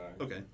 Okay